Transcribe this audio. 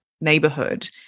neighborhood